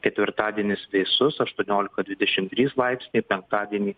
ketvirtadienis vėsus aštuoniolika dvidešimt trys laipsniai penktadienį